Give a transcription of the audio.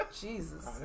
Jesus